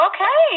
Okay